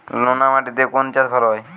নোনা মাটিতে কোন চাষ ভালো হয়?